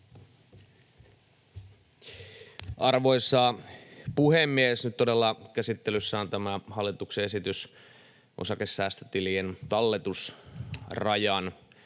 Arvoisa puhemies! Nyt todella käsittelyssä on tämä hallituksen esitys osakesäästötilien talletusrajan